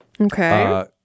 Okay